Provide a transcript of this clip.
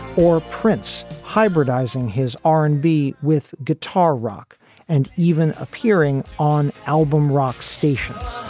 or prince hybridizing his r and b with guitar rock and even appearing on album rock stations